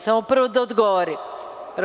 Samo prvo da odgovorim.